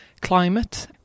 climate